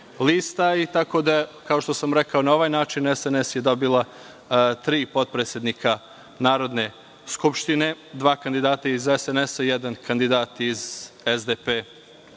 lista. Kao što sam rekao, na ovaj način je SNS dobila tri potpredsednika Narodne skupštine, dva kandidata iz SNS i jedan kandidat iz